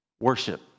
Worship